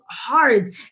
hard